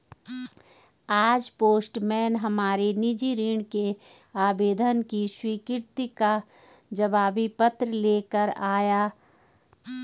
आज पोस्टमैन हमारे निजी ऋण के आवेदन की स्वीकृति का जवाबी पत्र ले कर आया